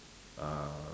uh